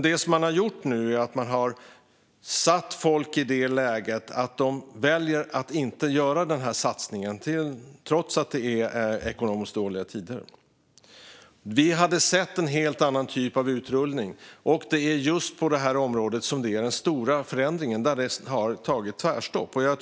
Det man nu har gjort är att man har försatt folk i det läget att de väljer att inte göra denna satsning trots att det är ekonomiskt dåliga tider. Vi hade velat se en helt annan typ av utrullning. Det är just på det området som vi kan se en stor förändring, för där har det tagit tvärstopp.